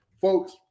Folks